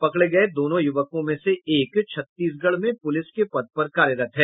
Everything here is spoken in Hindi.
पकड़े गये दोनों युवकों में से एक छत्तीसगढ़ में पुलिस के पद पर कार्यरत है